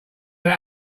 that